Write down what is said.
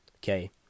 Okay